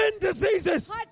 diseases